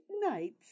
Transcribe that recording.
nights